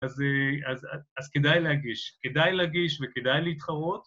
אז אה... אז אז ‫אז כדאי להגיש. ‫כדאי להגיש וכדאי להתחרות.